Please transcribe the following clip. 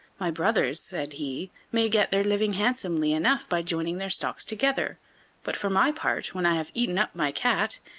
my brothers, said he, may get their living handsomely enough by joining their stocks together but for my part, when i have eaten up my cat,